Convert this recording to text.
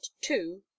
two